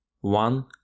one